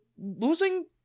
losing